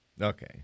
Okay